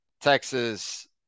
Texas